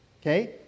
Okay